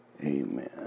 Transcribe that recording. Amen